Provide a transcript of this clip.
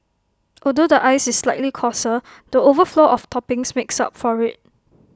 although the ice is slightly coarser the overflow of toppings makes up for IT